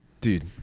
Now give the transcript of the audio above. Dude